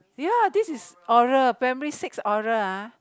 ya this is oral primary six oral ah